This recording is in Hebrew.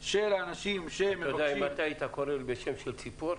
של האנשים שמבקשים --- אם היית קורא לי בשם של ציפור,